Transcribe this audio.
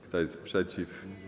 Kto jest przeciw?